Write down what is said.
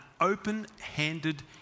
open-handed